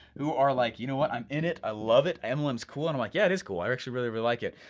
who are like you know what, i'm in it, i ah love it. and mlms cool, and i'm like yeah, it is cool. i actually really, really like it.